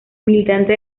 militante